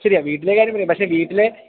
ശരിയാണ് വീട്ടിലെ കാര്യം വിട് പക്ഷേ വീട്ടിലെ